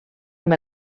amb